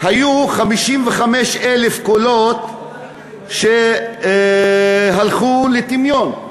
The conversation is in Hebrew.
55,000 קולות הלכו לטמיון.